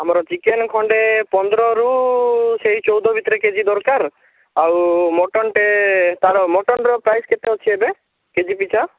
ଆମର ଚିକେନ୍ ଖଣ୍ଡେ ପନ୍ଦରରୁ ସେଇ ଚଉଦ ଭିତରେ କେଜି ଦରକାର ଆଉ ମଟନ୍ଟେ ତାର ମଟନ୍ର ପ୍ରାଇସ୍ କେତେ ଅଛି ଏବେ କେଜି ପିଛା